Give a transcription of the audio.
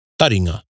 Taringa